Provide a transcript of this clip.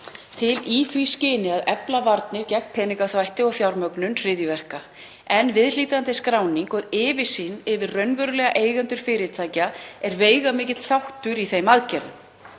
til í því skyni að efla varnir gegn peningaþvætti og fjármögnun hryðjuverka, en viðhlítandi skráning og yfirsýn yfir raunverulega eigendur fyrirtækja er veigamikill þáttur í þeim aðgerðum.